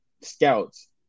scouts